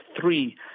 three